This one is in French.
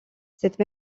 cette